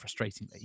frustratingly